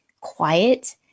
quiet